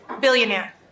Billionaire